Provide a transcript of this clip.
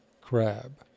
crab